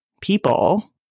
people